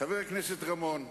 חבר הכנסת רמון,